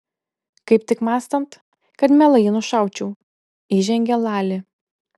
kaip tik mąstant kad mielai jį nušaučiau įžengė lali